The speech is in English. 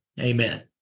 Amen